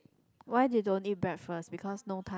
why you don't eat breakfast because no time